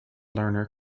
lerner